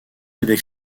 avec